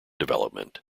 development